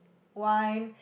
wine